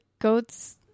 goats